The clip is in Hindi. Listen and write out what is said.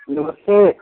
नमस्ते